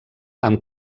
amb